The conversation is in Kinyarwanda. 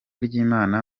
ry’imana